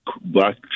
Black